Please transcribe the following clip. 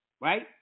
right